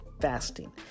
fasting